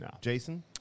Jason